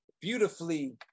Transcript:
beautifully